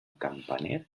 campaner